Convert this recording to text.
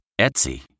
Etsy